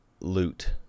loot